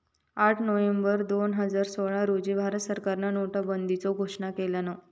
आठ नोव्हेंबर दोन हजार सोळा रोजी भारत सरकारान नोटाबंदीचो घोषणा केल्यान